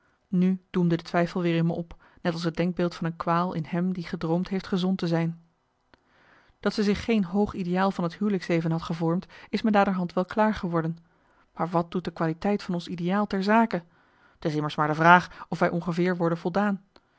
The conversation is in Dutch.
nu doemde de twijfel weer in me op net als marcellus emants een nagelaten bekentenis het denkbeeld van een kwaal in hem die gedroomd heeft gezond te zijn dat zij zich geen hoog ideaal van het huwelijksleven had gevormd is me naderhand wel klaar geworden maar wat doet de qualiteit van ons ideaal ter zake t is immers maar de vraag of wij ongeveer worden voldaan